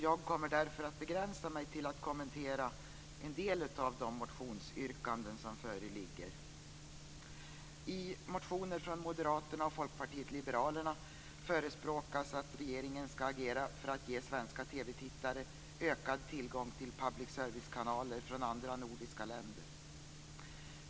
Jag kommer därför att begränsa mig till att kommentera en del av de motionsyrkanden som föreligger. I motioner från Moderaterna och Folkpartiet liberalerna förespråkas att regeringen ska agera för att ge svenska TV-tittare ökad tillgång till public servicekanaler från andra nordiska länder.